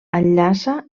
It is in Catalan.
enllaça